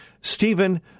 Stephen